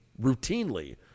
routinely